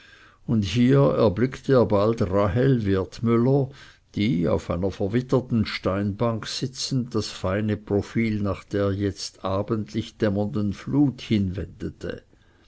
und hier erblickte er bald rahel wertmüller die auf einer verwitterten steinbank sitzend das feine profil nach der jetzt abendlich dämmernden flut hinwendete